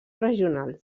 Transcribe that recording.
regional